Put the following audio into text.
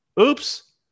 Oops